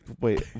Wait